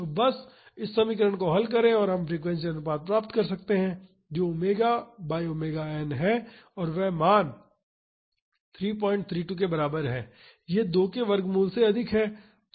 तो बस इस समीकरण को हल करें और हम फ्रीक्वेंसी अनुपात प्राप्त कर सकते हैं जो ओमेगा बाई ओमेगा n है और वह मान 332 के बराबर है यह 2 के वर्गमूल से अधिक है